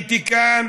שמניתי כאן,